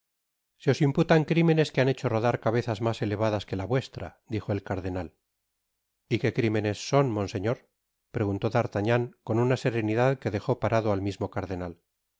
se os imputan crimenes que han hecho rodar cabezas mas elevadas que la vuestra dijo el cardenal y qué crimenes son monseñor preguntó d'artagnan con una serenidad que d jó parado al mismo cardenal